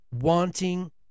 wanting